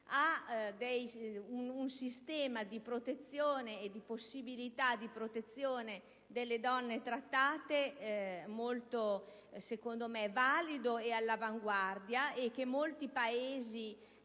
ha un sistema di protezione e di possibilità di protezione delle donne oggetto di tratta molto valido e all'avanguardia, che molti Paesi